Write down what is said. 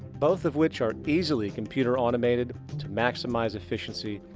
both of which are easily computer automated to maximize efficiency,